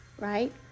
right